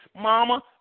Mama